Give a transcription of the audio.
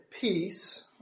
peace